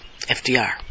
FDR